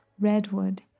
Redwood